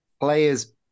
players